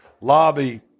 lobby